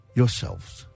yourselves